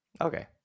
okay